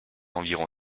environ